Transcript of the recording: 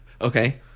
Okay